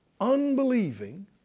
unbelieving